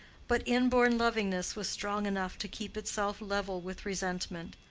but inborn lovingness was strong enough to keep itself level with resentment.